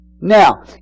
Now